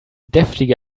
deftige